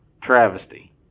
travesty